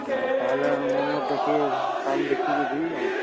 ତା'ହେଲେ ମୁଁ ମୋର ଦେଖି ଟାଇମ୍ ଦେଖିକି ଯିବି ଆଉ